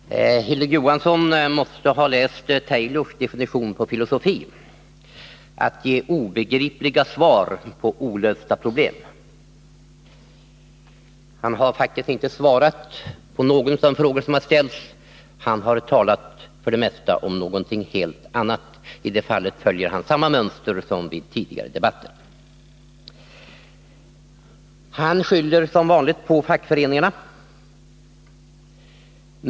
Herr talman! Hilding Johansson måste ha läst Alfred Taylors definition på filosofi — att. filosofi ger obegripliga svar på olösta problem. Hilding Johansson har faktiskt inte svarat på någon av de frågor som har ställts, utan för det mesta talat om någonting helt annat. I det fallet följer han samma mönster som vid tidigare debatter. Hilding Johansson skyller som vanligt på fackföreningarna.